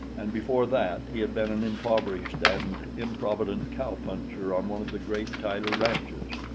and before that he had been an impoverished and improvident cow-puncher on one of the great tyler ranches.